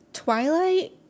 Twilight